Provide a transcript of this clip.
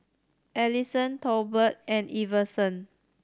Alisson Tolbert and Iverson